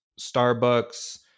Starbucks